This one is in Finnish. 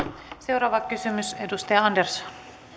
seuraava kysymys edustaja andersson